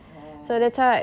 oh